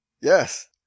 Yes